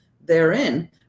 therein